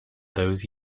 those